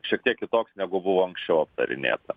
šiek tiek kitoks negu buvo anksčiau aptarinėta